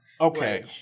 Okay